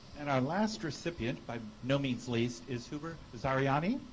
and our last recipient by no means least is hoover zariani.